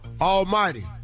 Almighty